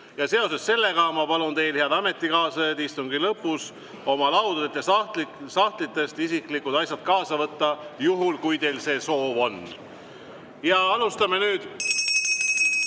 Seoses sellega ma palun teil, head ametikaaslased, istungi lõpus oma laudadelt ja sahtlitest isiklikud asjad kaasa võtta, juhul kui teil see soov on. Alustame nüüd